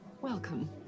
welcome